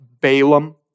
Balaam